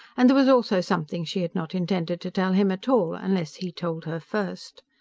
and there was also something she had not intended to tell him at all unless he told her first.